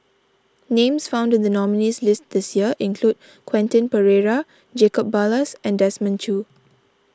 names found in the nominees' list this year include Quentin Pereira Jacob Ballas and Desmond Choo